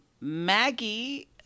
Maggie